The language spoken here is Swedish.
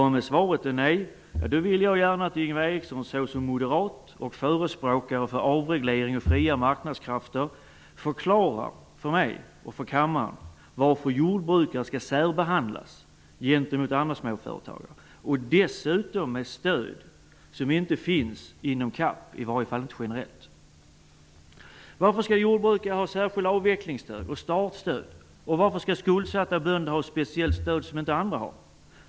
Om svaret är nej, vill jag gärna att Ingvar Eriksson som moderat och förespråkare för avreglering och fria marknadskrafter förklarar för mig och för kammaren varför jordbrukare skall särbehandlas gentemot andra småföretagare. Det skall dessutom ske med stöd som generellt sett inte finns i CAP. Varför skall jordbrukare ha särskilt avvecklingsstöd och statsstöd? Varför skall skuldsatta bönder ha speciellt stöd som inte andra har?